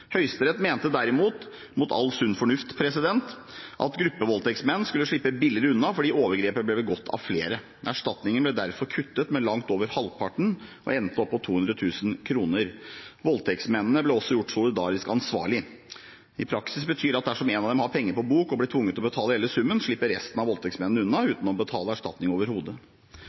Høyesterett mente derimot, mot all sunn fornuft, at gruppevoldtektsmenn skulle slippe billigere unna fordi overgrepet ble begått av flere. Erstatningen ble derfor kuttet med langt over halvparten og endte på 200 000 kr. Voldtektsmennene ble også gjort solidarisk ansvarlige. I praksis betyr det at dersom en av dem har penger på bok og blir tvunget til å betale hele summen, slipper resten av voldtektsmennene unna uten å betale erstatning overhodet.